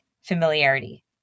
familiarity